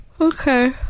Okay